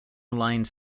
aligned